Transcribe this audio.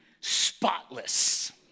spotless